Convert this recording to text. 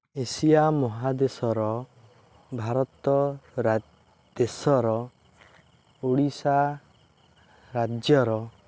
Asia ମହାଦେଶର ଭାରତ ଦେଶର ଓଡ଼ିଶା ରାଜ୍ୟର